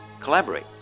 collaborate